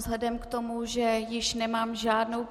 Vzhledem k tomu, že již nemám žádnou...